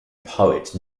poet